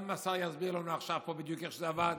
גם אם השר יסביר לנו עכשיו איך זה בדיוק עבד